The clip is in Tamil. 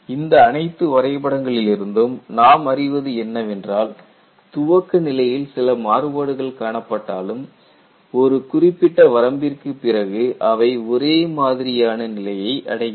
இந்த அனைத்து வரை படங்களிலிருந்தும் நாம் அறிவது என்னவென்றால் துவக்க நிலையில் சில மாறுபாடுகள் காணப்பட்டாலும் ஒரு குறிப்பிட்ட வரம்பிற்கு பிறகு அவை ஒரே மாதிரியான நிலையை அடைகின்றன